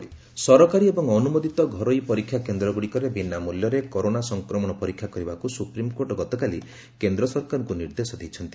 supreme court direction ସରକାରୀ ଏବଂ ଅନୁମୋଦିତ ଘରୋଇ ପରୀକ୍ଷା କେନ୍ଦ୍ରଗୁଡ଼ିକରେ ବିନା ମୂଲ୍ୟରେ କରୋନା ସଂକ୍ରମଣ ପରୀକ୍ଷା କରିବାକୁ ସୁପ୍ରିମ୍କୋର୍ଟ ଗତକାଲି କେନ୍ଦ୍ର ସରକାରଙ୍କୁ ନିର୍ଦ୍ଦେଶ ଦେଇଛନ୍ତି